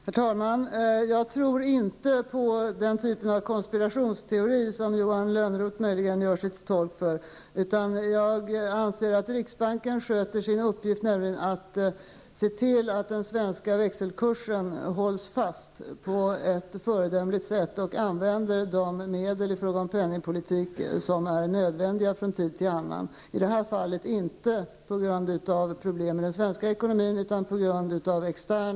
Herr talman! Jag vill vända mig till finansministern med anledning av det som hände på valutamarknaden i förra veckan. Innan jag ställer min fråga skulle jag vilja be om ett enkelt klarläggande. Anser finansministern att det finns några som helst ekonomiska skäl till att omvärlden skall bedriva spekulation mot den svenska kronan?